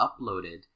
uploaded